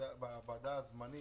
בוועדה הזמנית,